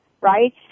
right